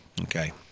okay